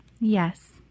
Yes